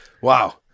Wow